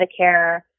Medicare